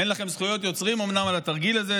אין לכם זכויות יוצרים אומנם על התרגיל הזה,